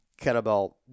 kettlebell